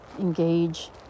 Engage